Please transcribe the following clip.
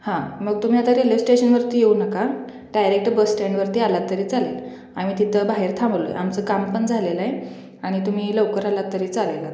हा मग तुम्ही आता रेल्वेस्टेशनवरती येऊ नका डायरेक्ट बसस्टँडवरती आलात तरी चालेल आम्ही तिथं बाहेर थांबलो आहे आमचं काम पण झालेलं आहे आणि तुम्ही लवकर आलात तरी चालेल आता